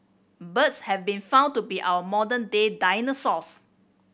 birds have been found to be our modern day dinosaurs